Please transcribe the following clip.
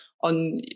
on